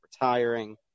retiring